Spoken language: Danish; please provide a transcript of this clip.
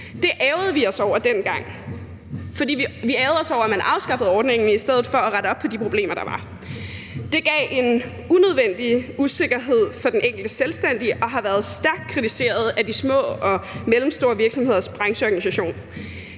Det ærgrede vi os over dengang. Vi ærgrede os over, at man afskaffede ordningen i stedet for at rette op på de problemer, der var. Det gav en unødvendig usikkerhed for den enkelte selvstændige og har været stærkt kritiseret af de små og mellemstore virksomheders brancheorganisation.